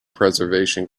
preservation